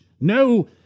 no